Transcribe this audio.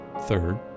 Third